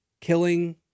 killing